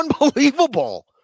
unbelievable